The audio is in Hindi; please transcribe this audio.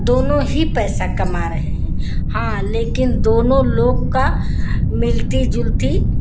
दोनों ही पैसा कमा रहे हैं हाँ लेकिन दोनों लोग का मिलती जुलती